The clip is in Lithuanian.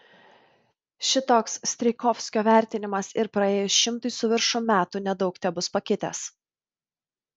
šitoks strijkovskio vertinimas ir praėjus šimtui su viršum metų nedaug tebus pakitęs